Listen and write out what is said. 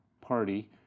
party